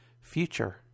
future